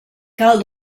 cal